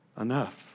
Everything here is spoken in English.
enough